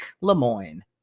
Lemoyne